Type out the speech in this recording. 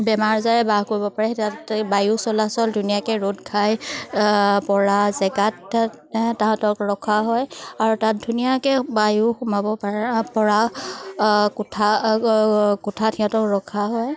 বেমাৰ আজাৰে বাস কৰিব পাৰে তাত বায়ু চলাচল ধুনীয়াকৈ ৰ'দ ঘাই পৰা জেগাত সিহঁতক ৰখা হয় আৰু তাত ধুনীয়াকৈ বায়ু সোমাব পাৰে পৰা কোঠা কোঠাত সিহঁতক ৰখা হয়